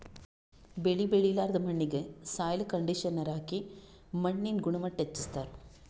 ಬೆಳಿ ಬೆಳಿಲಾರ್ದ್ ಮಣ್ಣಿಗ್ ಸಾಯ್ಲ್ ಕಂಡಿಷನರ್ ಹಾಕಿ ಮಣ್ಣಿನ್ ಗುಣಮಟ್ಟ್ ಹೆಚಸ್ಸ್ತಾರ್